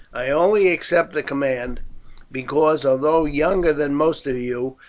i only accept the command because, although younger than most of you,